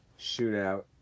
shootout